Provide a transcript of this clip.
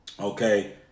Okay